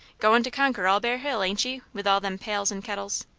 goin' to conquer all bear hill, ain't ye, with all them pails and kettles?